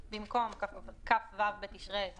כ"ו בתשרי התשפ"א.